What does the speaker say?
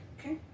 Okay